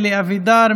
אלי אבידר,